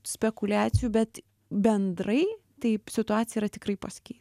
spekuliacijų bet bendrai taip situacija yra tikrai pasikeitus